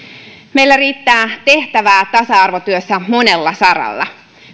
meillä riittää tehtävää tasa arvotyössä monella saralla